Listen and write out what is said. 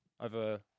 Over